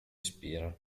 ispira